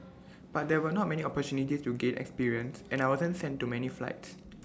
but there were not many opportunities to gain experience and I wasn't sent to many flights